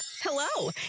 hello